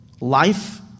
life